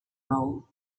role